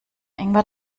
ingwer